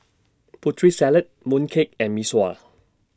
Putri Salad Mooncake and Mee Sua